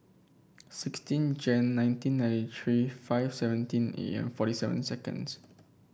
sixteen Jan nineteen ninety three five seventeen A M forty seven seconds